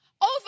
Over